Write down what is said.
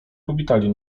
powitali